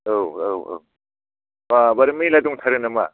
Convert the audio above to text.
औ औ औ बा बारे मेरला दंथारो नामा